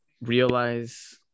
realize